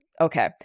Okay